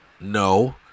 No